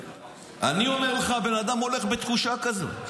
אני אומר לך, הבן אדם הולך בתחושה כזאת.